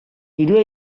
dirua